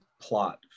plot